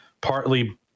partly